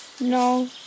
No